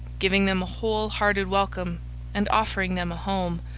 giving them a wholehearted welcome and offering them a home,